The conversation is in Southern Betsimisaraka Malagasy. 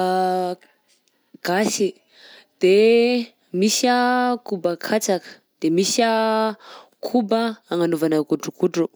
gasy, de misy anh koba katsaka, de misy anh koba agnanovana godrogodro.